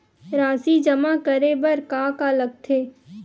राशि जमा करे बर का का लगथे?